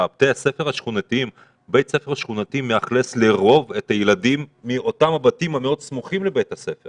בית ספר שכונתי מאכלס לרוב את הילדים מהבתים המאוד סמוכים לבית הספר